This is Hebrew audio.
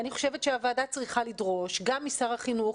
אני חושבת שהוועדה צריכה לדרוש גם משר החינוך